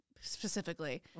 specifically